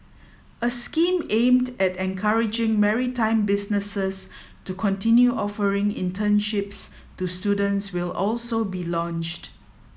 a scheme aimed at encouraging maritime businesses to continue offering internships to students will also be launched